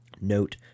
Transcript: Note